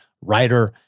writer